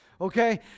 okay